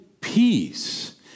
peace